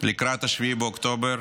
לקראת 7 באוקטובר,